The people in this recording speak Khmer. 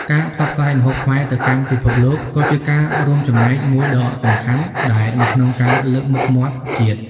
ការផ្សព្វផ្សាយម្ហូបខ្មែរទៅកាន់ពិភពលោកក៏ជាការរួមចំណែកមួយដ៏សំខាន់ដែរនៅក្នុងការលើកមុខមាត់ជាតិ។